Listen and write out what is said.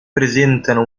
presentano